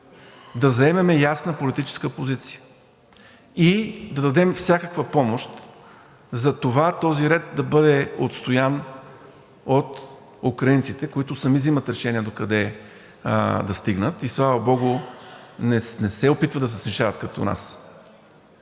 Да заемем ясна политическа позиция и да дадем всякаква помощ за това този ред да бъде отстоян от украинците, които сами взимат решения докъде да стигнат и слава богу не се опитват да се снишават като нас.